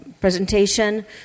presentation